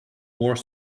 more